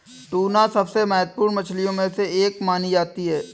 tuna सबसे महत्त्वपूर्ण मछलियों में से एक मानी जाती है